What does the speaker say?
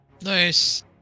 Nice